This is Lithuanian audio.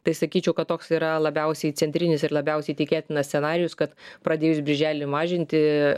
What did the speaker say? tai sakyčiau kad toks yra labiausiai centrinis ir labiausiai tikėtinas scenarijus kad pradėjus birželį mažinti